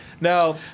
Now